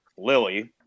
lily